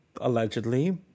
allegedly